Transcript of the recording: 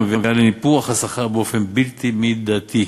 המביאים לניפוח השכר באופן בלתי מידתי,